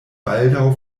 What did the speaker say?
baldaŭ